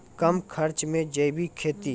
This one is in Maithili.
कम खर्च मे जैविक खेती?